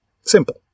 Simple